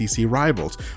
rivals